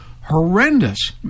horrendous